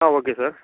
ah okay sir